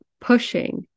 pushing